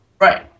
Right